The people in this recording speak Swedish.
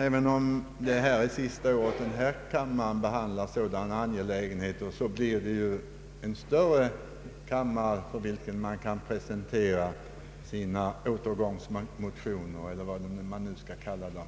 även om det nu är sista året denna kammare behandlar sådana här angelägenheter finns ju fr.o.m. nästa år en större kammare där man kan presentera sina återgångsmotioner, eller vad man nu skall kalla dem.